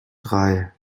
drei